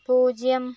പൂജ്യം